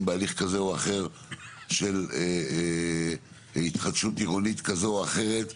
בהליך כזה או אחר של התחדשות עירונית כזו או אחרת,